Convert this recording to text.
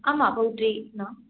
ஆமாம் பவுல்ட்ரி இதுதான்